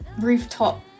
rooftop